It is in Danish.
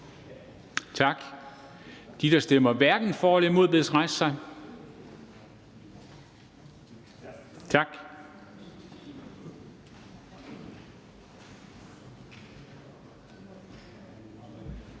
Tak. De, der stemmer hverken for eller imod, bedes rejse sig. Tak.